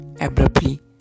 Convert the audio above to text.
Abruptly